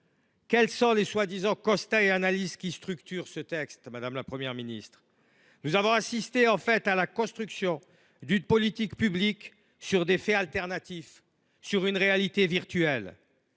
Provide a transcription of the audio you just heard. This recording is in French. Quels sont les prétendus constats et analyses qui structurent ce texte ? Nous avons assisté à la construction d’une politique publique sur des faits alternatifs, sur une réalité virtuelle.